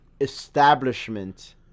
establishment